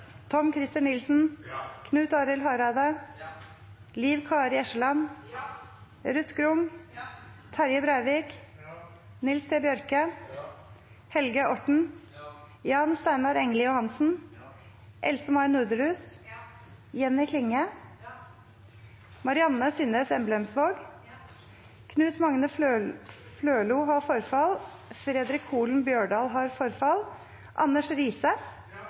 Nilsen, Knut Arild Hareide, Liv Kari Eskeland, Ruth Grung, Terje Breivik, Nils T. Bjørke, Helge Orten, Jan Steinar Engeli Johansen, Else-May Norderhus, Jenny Klinge, Marianne Synnes Emblemsvåg,